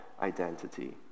identity